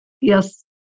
Yes